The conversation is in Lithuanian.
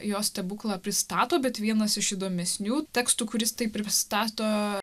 jo stebuklą pristato bet vienas iš įdomesnių tekstų kuris tai pristato